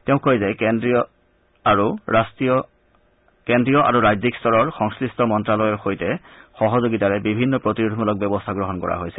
তেওঁ কয় যে কেন্দ্ৰীয় আৰু ৰাজ্যিক স্তৰৰ সংমিট মন্ত্ৰালয়ৰ সৈতে সহযোগিতাৰে বিভিন্ন প্ৰতিৰোধমূলক ব্যৱস্থা গ্ৰহণ কৰা হৈছে